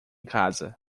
casa